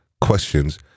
questions